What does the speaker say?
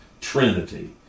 Trinity